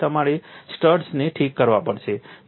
તો પછી તમારે સ્ટડ્સને ઠીક કરવા પડશે